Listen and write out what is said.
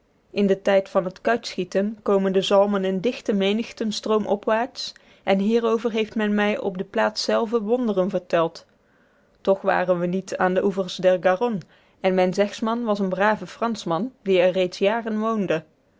in den tijd van het kuitschieten komen de zalmen in dichte menigten stroomopwaarts en hierover heeft men mij op de plaats zelve wonderen verteld toch waren we niet aan de oevers der garonne en mijn zegsman was een brave franschman die er reeds jaren woonde